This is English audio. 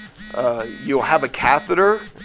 ah you'll have a catheter